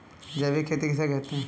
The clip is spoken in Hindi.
जैविक खेती किसे कहते हैं?